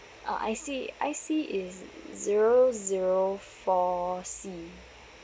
ah I_C I_C is zero zero four C